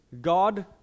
God